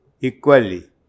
Equally